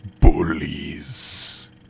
Bullies